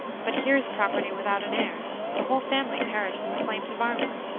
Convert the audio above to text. but here is property without an heir the whole family perished in the flames of arnwood!